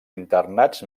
internats